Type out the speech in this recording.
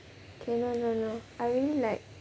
okay no no no I really like